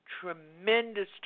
tremendous